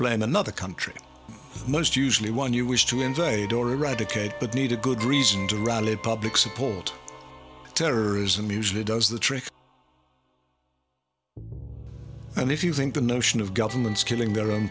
blame another country most usually one you wish to invade or eradicate but need a good reason to rally public support terrorism usually does the trick and if you think the notion of governments killing their own